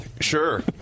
Sure